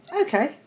Okay